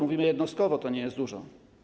Mówimy: jednostkowo to nie jest dużo.